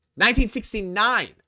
1969